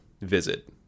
visit